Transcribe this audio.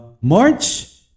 March